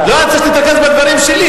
אני רוצה שתתרכז בדברים שלי,